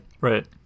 Right